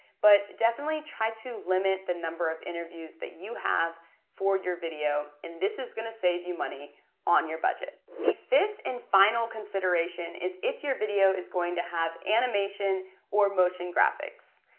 but definitely try to limit the number of interviews that you have for your video and this is gonna save you money on your budget. the fifth and final consideration is if your video is going to have animation or motion graphics.